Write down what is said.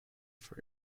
for